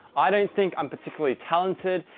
i don't think i'm particularly talented,